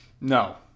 No